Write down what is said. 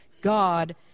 God